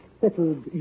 settled